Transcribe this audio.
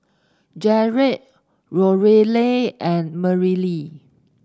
Jarod Lorelei and Merrilee